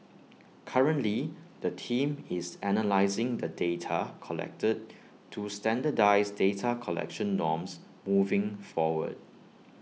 currently the team is analysing the data collected to standardise data collection norms moving forward